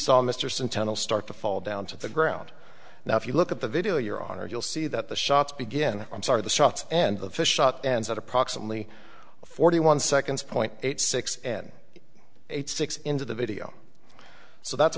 sentinel start to fall down to the ground now if you look at the video your honor you'll see that the shots begin i'm sorry the shots and the fish shot and at approximately forty one seconds point eight six and eight six into the video so that's